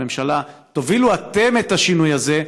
לממשלה: תובילו אתם את השינוי הזה.